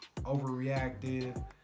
overreactive